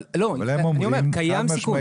אבל, לא, בגלל זה אני אומר, קיים סיכון.